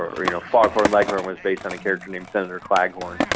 or, you know, foghorn leghorn was based on a character named senator claghorn yeah